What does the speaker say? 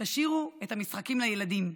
תשאירו את המשחקים לילדים,